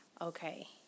Okay